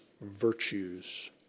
virtues